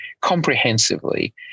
comprehensively